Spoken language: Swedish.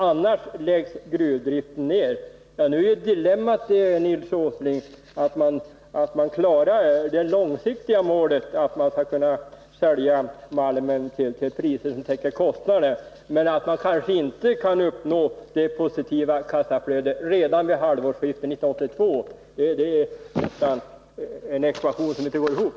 Annars läggs gruvdriften ned.” Dilemmat är, Nils Åsling, att man klarar det långsiktiga målet att sälja malmen till priser som täcker kostnaderna men att man kanske inte kan uppnå det kortsiktiga målet, ett positivt kassaflöde redan till halvårskiftet 1982. Den ekvationen går inte ihop.